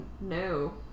no